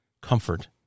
comfort